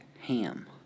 ham